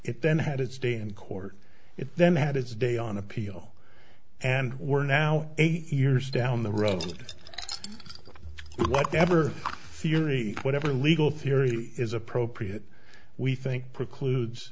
it then had its day in court it then had its day on appeal and we're now eight years down the road just whatever theory whatever legal theory is appropriate we think precludes